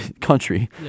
country